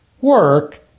work